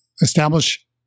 Establish